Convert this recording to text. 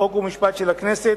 חוק ומשפט של הכנסת,